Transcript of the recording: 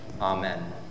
Amen